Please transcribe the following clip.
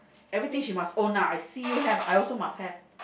everything she must own lah I see you have I also must have